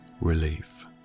relief